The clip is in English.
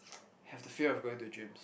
have the fear of going to gyms